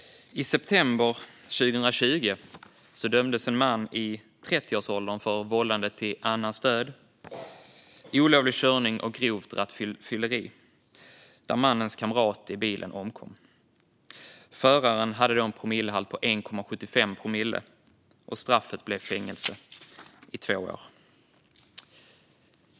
I september 2020 dömdes en man i 30-årsåldern för vållande till annans död, olovlig körning och grovt rattfylleri. Mannens kamrat i bilen omkom. Föraren hade då en alkoholhalt på 1,75 promille. Straffet blev fängelse i två år.